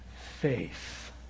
faith